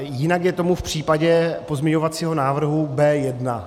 Jinak je tomu v případě pozměňovacího návrhu B1.